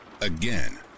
Again